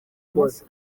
munsi